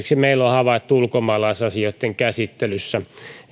on havaittu ulkomaalaisasioitten käsittelyssä